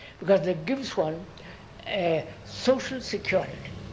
because that gives one a social security.